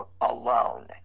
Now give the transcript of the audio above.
alone